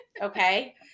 Okay